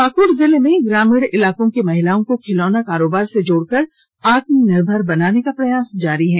पाकृड जिले में ग्रामीण इलाकों की महिलाओं को खिलौना कारोबार से जोड़कर आत्मनिर्भर बनाने का प्रयास जारी है